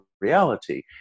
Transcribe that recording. reality